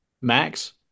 max